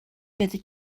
byddet